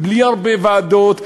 בלי הרבה ועדות,